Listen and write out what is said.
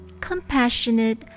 compassionate